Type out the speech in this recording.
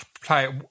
play